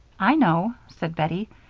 i know, said bettie.